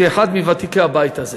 כאחד מוותיקי הבית הזה: